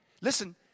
listen